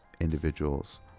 individuals